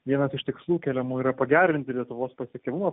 vienas iš tikslų keliamų yra pagerinti lietuvos pasiekiamumą